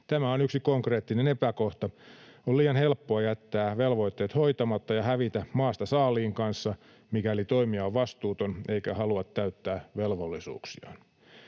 Tämä on yksi konkreettinen epäkohta. On liian helppoa jättää velvoitteet hoitamatta ja hävitä maasta saaliin kanssa, mikäli toimija on vastuuton eikä halua täyttää velvollisuuksiaan.